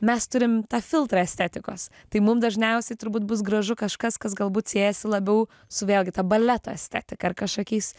mes turim tą filtrą estetikos tai mum dažniausiai turbūt bus gražu kažkas kas galbūt siejasi labiau su vėlgi ta baleto estetika ar kažkokiais